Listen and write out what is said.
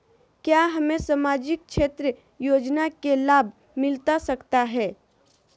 क्या हमें सामाजिक क्षेत्र योजना के लाभ मिलता सकता है?